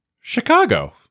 Chicago